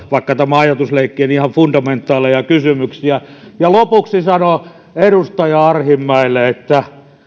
vaikka tämä on ajatusleikkiä ihan fundamentaaleja kysymyksiä lopuksi sanon edustaja arhinmäelle että